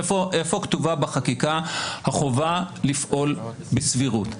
איפה כתובה בחקיקה החובה לפעול בסבירות?